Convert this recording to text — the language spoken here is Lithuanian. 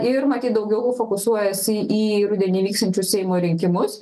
ir matyt daugiau fokusuojasi į rudenį vyksiančius seimo rinkimus